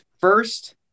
first